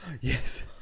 Yes